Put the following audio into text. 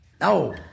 No